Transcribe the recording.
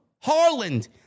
Harland